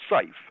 safe